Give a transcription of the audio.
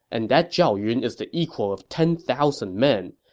and that zhao yun is the equal of ten thousand men.